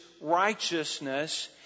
righteousness